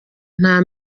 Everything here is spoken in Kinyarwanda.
nta